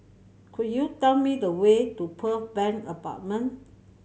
could you tell me the way to Pearl Bank Apartment